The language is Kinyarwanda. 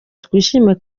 twishime